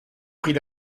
pris